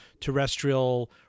terrestrial